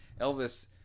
Elvis